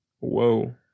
Whoa